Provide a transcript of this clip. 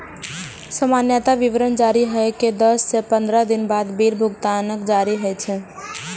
सामान्यतः विवरण जारी होइ के दस सं पंद्रह दिन बाद बिल भुगतानक तारीख होइ छै